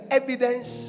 evidence